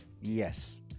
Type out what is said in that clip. Yes